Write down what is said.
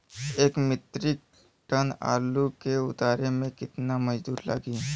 एक metric ton आलू के उतारे मे कितना मजदूर लागि?